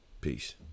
Peace